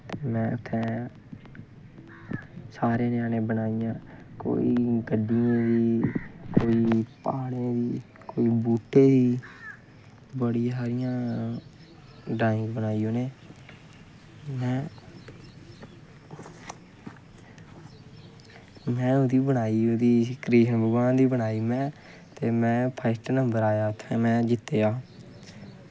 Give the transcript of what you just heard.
में उत्थै सारें ञ्यानें बनाइयां कोई गड्डियें दी कोई प्हाड़ें दी कोई बूह्टें दी बड़ियां सारियां ड्राइंग बनाई उ'नें में ओह्दी बनाई कृष्ण भगवान दी बनाई में ते में फस्ट नंबर आया इनाम उत्थै जित्तेआ